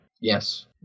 Yes